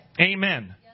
Amen